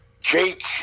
Jake